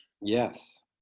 Yes